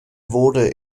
wurde